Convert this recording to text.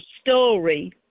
story